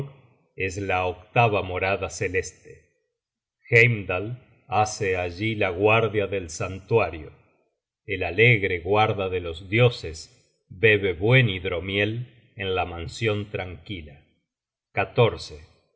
es la octava morada celeste heimdal hace allí la guardia del santuario el alegre guarda de los dioses bebe buen hidromiel en la mansion tranquila